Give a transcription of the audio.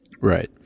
Right